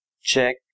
Check